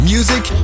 Music